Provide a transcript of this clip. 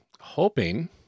hoping